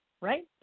right